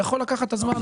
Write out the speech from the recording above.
הוא יכול לקחת את הזמן,